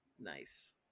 Nice